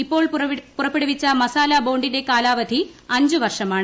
ഇപ്പോൾ പുറപ്പെടുവിച്ച മസാല ബോണ്ടിന്റെ കാലാവധി അഞ്ചു വർഷമാണ്